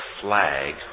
flag